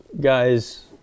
guys